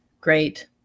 great